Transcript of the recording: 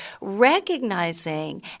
recognizing